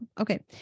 Okay